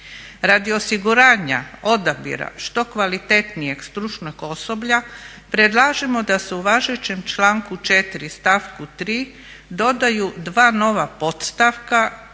Radi osiguranja odabira što kvalitetnijeg stručnog osoblja predlažemo da se u važećem članku 4. stavku 3. dodaju dva nova podstavka